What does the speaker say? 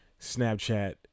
Snapchat